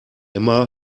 emma